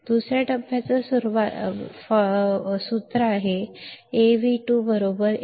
दुसरा टप्पा काय आहे सूत्र कारण 9